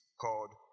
called